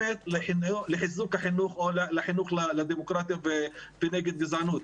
ותורמת לחיזוק החינוך או לחינוך לדמוקרטיה ונגד גזענות?